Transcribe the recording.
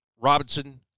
Robinson